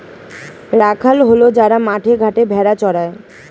রাখাল হল যারা মাঠে ঘাটে ভেড়া চড়ায়